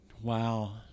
Wow